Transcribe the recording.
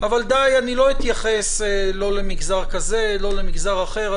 אני לא אתייחס לא למגזר כזה, לא למגזר אחר.